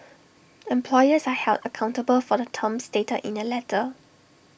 employers are held accountable for the terms stated in the letter